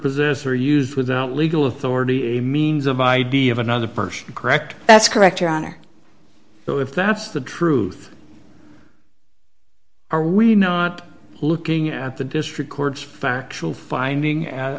possess or use without legal authority a means of id of another person correct that's correct so if that's the truth are we not looking at the district court's factual finding a